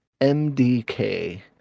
MDK